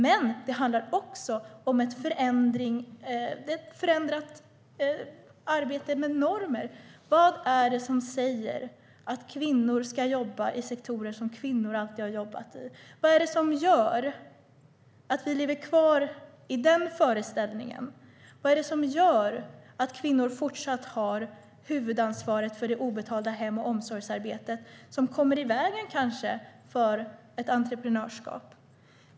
Men det handlar också om ett arbete för att förändra normer. Vad är som säger att kvinnor ska jobba i sektorer som de alltid har jobbat i? Vad är det som gör att vi lever kvar i den föreställningen? Vad är det som gör att kvinnor fortfarande har huvudansvaret för det obetalda hem och omsorgsarbetet, som kanske kommer i vägen för ett entreprenörskap?